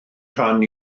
tan